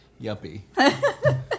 Yuppie